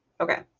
Okay